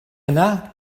yna